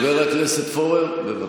חבר הכנסת פורר, בבקשה.